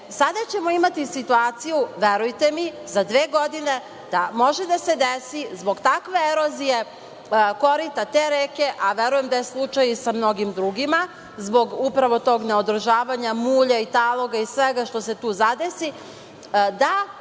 Sada ćemo imati situaciju, verujte mi, za dve godine, da može da se desi zbog takve erozije korita te reke, a verujem da slučaj sa mnogim drugima zbog upravo tog neodržavanja mulja i taloga i svega što se tu zadesi, a